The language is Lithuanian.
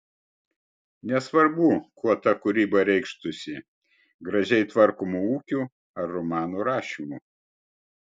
nesvarbu kuo ta kūryba reikštųsi gražiai tvarkomu ūkiu ar romanų rašymu